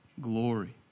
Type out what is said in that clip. glory